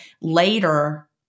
later